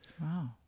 Wow